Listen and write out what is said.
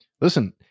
Listen